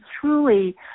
truly